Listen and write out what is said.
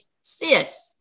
sis